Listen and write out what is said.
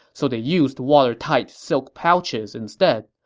so they used water-tight silk pouches instead.